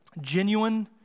genuine